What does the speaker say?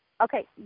Okay